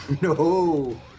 No